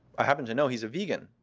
i happen to know he's a vegan.